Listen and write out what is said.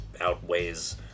outweighs